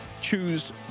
choose